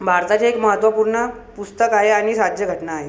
भारताचे एक महत्त्वपूर्ण पुस्तक आहे आणि राज्यघटना आहे